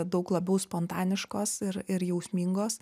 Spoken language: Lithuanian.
daug labiau spontaniškos ir ir jausmingos